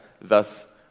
thus